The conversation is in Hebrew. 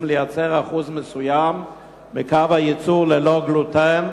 לייצר אחוז מסוים בקו הייצור ללא גלוטן,